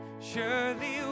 surely